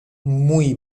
muy